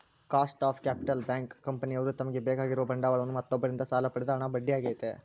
cost of capital bank, ಕಂಪನಿಯವ್ರು ತಮಗೆ ಬೇಕಾಗಿರುವ ಬಂಡವಾಳವನ್ನು ಮತ್ತೊಬ್ಬರಿಂದ ಸಾಲ ಪಡೆದ ಹಣ ಬಡ್ಡಿ ಆಗೈತೆ